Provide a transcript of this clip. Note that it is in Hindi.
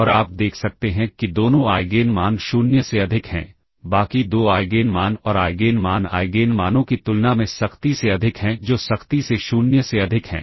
और आप देख सकते हैं कि दोनों आइगेन मान 0 से अधिक हैं बाकी दो आइगेन मान और आइगेन मान आइगेन मानों की तुलना में सख्ती से अधिक हैं जो सख्ती से 0 से अधिक हैं